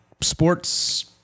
sports